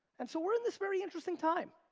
and so we're in this very interesting time.